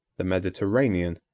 the mediterranean,